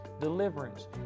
deliverance